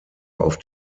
auf